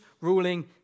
ruling